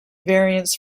variants